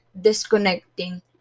disconnecting